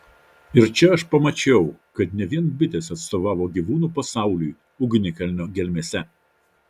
ir čia aš pamačiau kad ne vien bitės atstovavo gyvūnų pasauliui ugnikalnio gelmėse